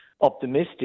optimistic